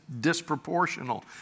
disproportional